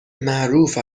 معروف